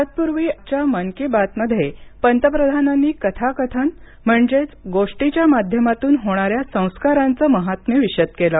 तत्पूर्वी मन की बात मध्ये पंतप्रधानांनी कथाकथन म्हणजेच गोष्टीच्या माध्यमातून होणाऱ्या संस्कारांचं महात्म्य विषद केलं